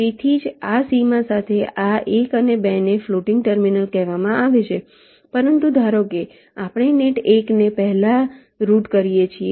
તેથી જ આ સીમા સાથે આ 1 અને 2 ને ફ્લોટિંગ ટર્મિનલ કહેવામાં આવે છે પરંતુ ધારો કે આપણે નેટ 1 ને પહેલા રૂટ કરીએ છીએ